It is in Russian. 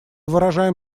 выражаем